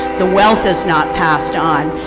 the wealth is not passed on.